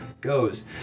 goes